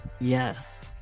yes